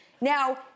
Now